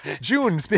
June